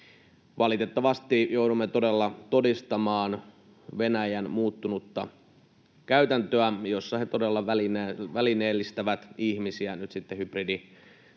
Valitettavasti joudumme todella todistamaan Venäjän muuttunutta käytäntöä, jossa he todella välineellistävät ihmisiä, käyttävät